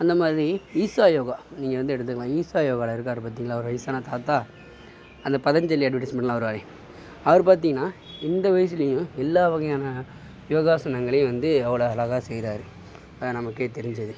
அந்தமாதிரி ஈஷா யோகா நீங்கள் வந்து எடுத்துக்கலாம் ஈஷா யோகாவில இருக்கார் பார்த்திங்களா ஒரு வயசான தாத்தா அந்த பதஞ்சலி அட்வடைஸ்மென்ட்லாம் வருவாரே அவர் பார்த்திங்கனா இந்த வயசுலையும் எல்லா வகையான யோகாசனங்களையும் வந்து அவ்வளோ அழகாக செய்யறாரு அதை நமக்கே தெரிஞ்சது